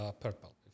purple